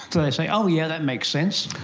do they say, oh yeah, that makes sense'?